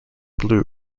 blue